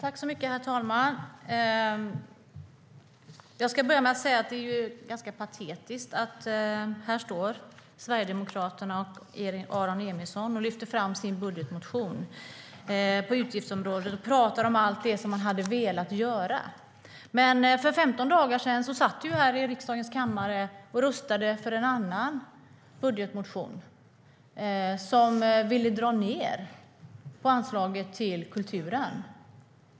Herr talman! Jag ska börja med att säga att det är ganska patetiskt att här står Sverigedemokraterna och Aron Emilsson och lyfter fram sin budgetmotion på utgiftsområdet och talar om allt det som man velat göra. Men för 15 dagar sedan satt ni här i riksdagens kammare och röstade för en annan budgetmotion som ville dra ned på anslaget till kulturen.